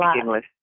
English